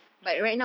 a'ah